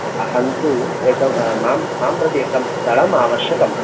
अहन्तु एक माम् माम् प्रति एकं स्थळम् आवश्यकं